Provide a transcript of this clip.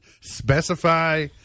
specify